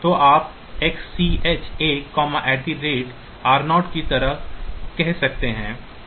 तो आप XCH A R0 की तरह कह सकते हैं